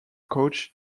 coach